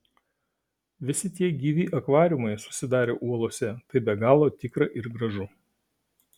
visi tie gyvi akvariumai susidarę uolose tai be galo tikra ir gražu